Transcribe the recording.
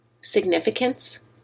significance